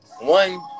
one